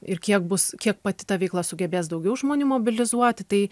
ir kiek bus kiek pati ta veikla sugebės daugiau žmonių mobilizuoti tai